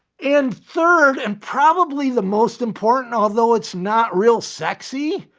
and third, and probably the most important, although it's not real sexy,